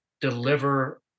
deliver